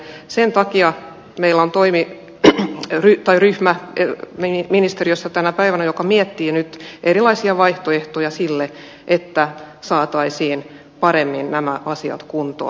sen takia meillä on tänä päivänä ministeriössä ryhmä joka miettii nyt erilaisia vaihtoehtoja niin että saataisiin paremmin nämä asiat kuntoon